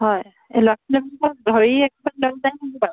হয় এই ধৰি লৈ যায়নে কি বাৰু